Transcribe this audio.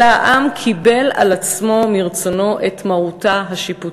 אלא העם קיבל על עצמו מרצונו את מרותה השיפוטית.